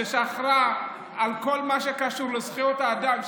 ששוחרת כל מה שקשור לזכויות אדם,